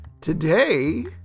today